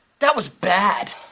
that was bad.